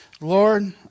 Lord